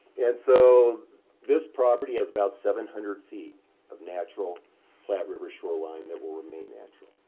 and so this property has about seven hundred feet of natural platte river shoreline that will remain natural.